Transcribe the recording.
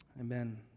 Amen